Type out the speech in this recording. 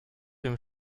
dem